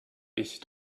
ich